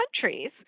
countries